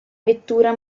vettura